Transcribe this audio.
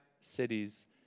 cities